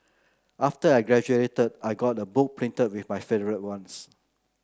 after I graduated I got a book printed with my favourite ones